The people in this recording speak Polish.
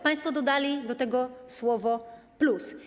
Państwo dodali do tego słowo „plus”